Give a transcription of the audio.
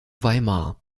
weimar